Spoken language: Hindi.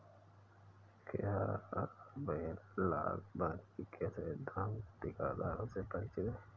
क्या आप एनालॉग वानिकी के सैद्धांतिक आधारों से परिचित हैं?